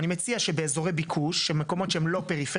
אני מציע שבאזורי ביקוש, במקומות שהם לא פריפריה.